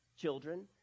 children